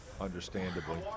understandably